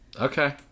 Okay